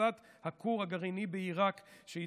והיא הפצצת הכור הגרעיני בעיראק,